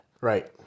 Right